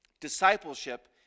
Discipleship